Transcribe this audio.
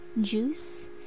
juice